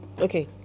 Okay